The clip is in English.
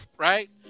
Right